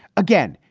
again,